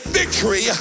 victory